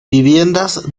viviendas